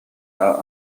are